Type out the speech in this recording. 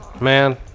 man